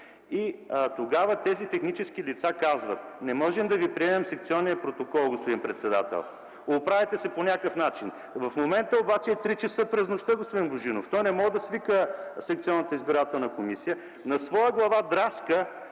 Тогава техническите лица казват: не можем да ви приемем секционния протокол, господин председател! Оправяйте се по някакъв начин. В момента обаче е 3 часа през нощта, господин Божинов. Той не може да свика секционната избирателна комисия. На своя глава драска,